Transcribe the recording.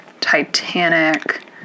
titanic